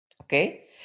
Okay